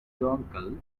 dongle